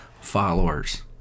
followers